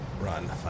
run